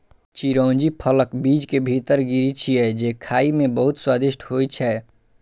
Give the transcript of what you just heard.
चिरौंजी फलक बीज के भीतर गिरी छियै, जे खाइ मे बहुत स्वादिष्ट होइ छै